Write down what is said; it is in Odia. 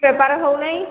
ବେପାର ହେଉ ନାହିଁ